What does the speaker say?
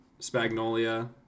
Spagnolia